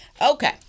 okay